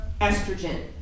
estrogen